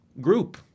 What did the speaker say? group